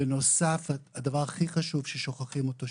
ובנוסף הדבר הכי חשוב ששוכחים אותו שוב,